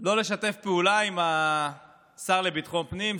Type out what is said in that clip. מהניצבים לא לשתף פעולה עם השר לביטחון הפנים,